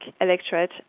electorate